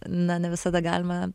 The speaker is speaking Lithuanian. na ne visada galima